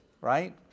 right